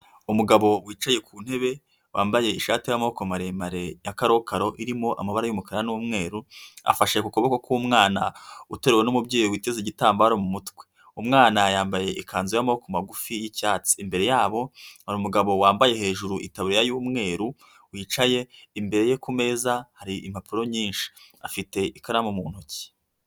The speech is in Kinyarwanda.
Umugabo wicaye ku ntebe, wambaye ishati y'amaboko maremare ya karokaro irimo amabara y'umukara n'umweru, afashe ku kuboko k'umwana uteruwe n'umubyeyi witeze igitambaro mu mutwe. Umwana yambaye ikanzu y'amaboko magufi y'icyatsi. Imbere yabo hari umugabo wambaye hejuru itaburiya y'umweru wicaye, imbere ye ku meza hari impapuro nyinshi. Afite ikaramu mu ntoki.